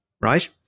Right